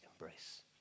embrace